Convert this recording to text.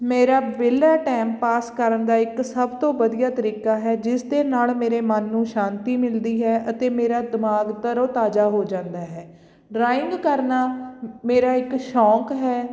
ਮੇਰਾ ਵਿਹਲਾ ਟਾਈਮਪਾਸ ਕਰਨ ਦਾ ਇੱਕ ਸਭ ਤੋਂ ਵਧੀਆ ਤਰੀਕਾ ਹੈ ਜਿਸਦੇ ਨਾਲ ਮੇਰੇ ਮਨ ਨੂੰ ਸ਼ਾਂਤੀ ਮਿਲਦੀ ਹੈ ਅਤੇ ਮੇਰਾ ਦਿਮਾਗ ਤਰੋ ਤਾਜ਼ਾ ਹੋ ਜਾਂਦਾ ਹੈ ਡਰਾਇੰਗ ਕਰਨਾ ਮੇਰਾ ਇੱਕ ਸ਼ੌਂਕ ਹੈ